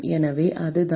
எனவே அதுதான்